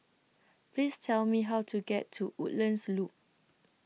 Please Tell Me How to get to Woodlands Loop